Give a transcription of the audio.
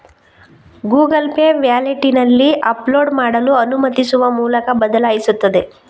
Google Pay ವ್ಯಾಲೆಟಿನಲ್ಲಿ upload ಮಾಡಲು ಅನುಮತಿಸುವ ಮೂಲಕ ಬದಲಾಯಿಸುತ್ತದೆ